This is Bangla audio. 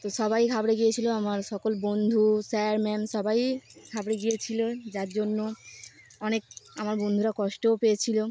তো সবাই ঘাবড়ে গিয়েছিলো আমার সকল বন্ধু স্যার ম্যাম সবাই ঘাবড়ে গিয়েছিলো যার জন্য অনেক আমার বন্ধুরা কষ্টও পেয়েছিলো